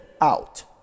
out